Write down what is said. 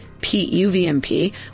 PUVMP